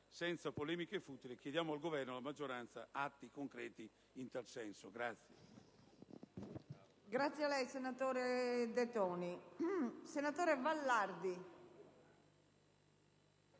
senza polemiche futili, chiediamo al Governo e alla maggioranza atti concreti in tal senso.